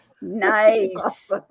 Nice